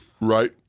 Right